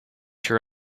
your